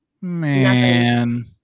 man